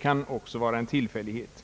kan också vara en tillfällighet.